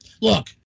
Look